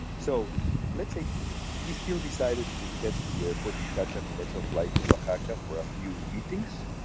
so let's say he knew he still decided to head to the airport to catch a commercial flight to africa for a few meetings.